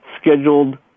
scheduled